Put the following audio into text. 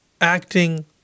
acting